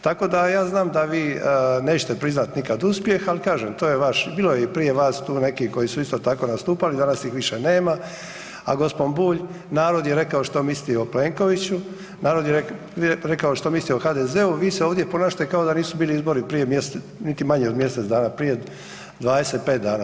Tako da ja znam da vi nećete priznat nikad uspjeh, al kažem, to je vaš, bilo je i prije vas tu nekih koji su isto tako nastupali, danas ih više nema, a g. Bulj narod je rekao što misli o Plenkoviću, narod je rekao što misli o HDZ-u, vi se ovdje ponašate kao da nisu bili izbori prije mjesec, niti manje od mjesec dana, prije 25 dana.